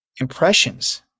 impressions